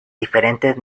diferentes